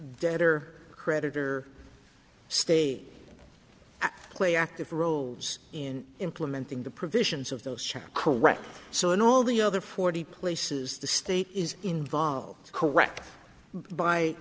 debtor creditor stayed at play active roles in implementing the provisions of those checks correct so in all the other forty places the state is involved correct by